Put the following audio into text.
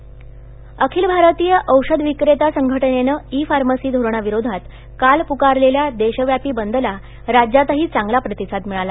औषध वि ेता संप अखिल भारतीय औषध वि ेता संघटनेनं ई फामसी धोरणाविरोधात काल पुकारले या देश यापी बंदला रा यातही चांगला तिसाद मिळाला